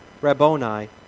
Rabboni